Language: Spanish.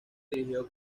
dirigido